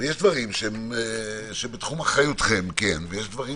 יש דברים שהם בתחום אחריותכם ויש דברים